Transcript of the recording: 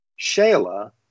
Shayla